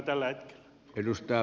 arvoisa puhemies